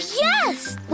yes